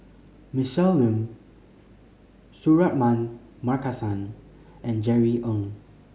Michelle Lim Suratman Markasan and Jerry Ng